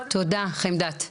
תודה, חמדת.